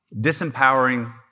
disempowering